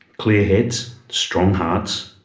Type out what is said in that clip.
clear heads. strong hearts.